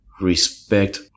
respect